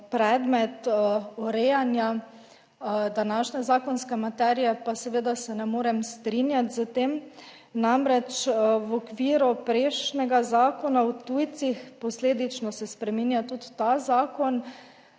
predmet urejanja današnje zakonske materije, pa seveda se ne morem strinjati s tem. Namreč v okviru prejšnjega Zakona o tujcih, posledično se spreminja tudi ta zakon,